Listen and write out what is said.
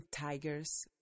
tigers